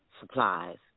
supplies